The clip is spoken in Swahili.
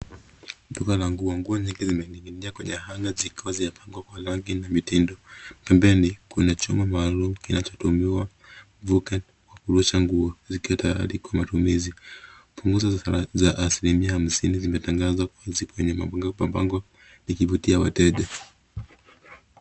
Duka la nguo, nguo nyingi zimening'inia kwenye hangers zikiwa zimepangwa kwa rangi na mitindo. Pembeni kuna chuma maalum kinachotumiwa kukunjwa kusa nguo zikiwa tayari kwa matumizi. Punguzo za asilimia hamsini zimetangazwa kwa wazi kwenye mabango likivutia wateja.